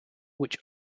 which